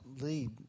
lead